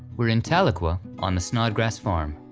we're in tahlequah on the snodgrass farm.